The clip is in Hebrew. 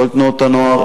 כל תנועות הנוער?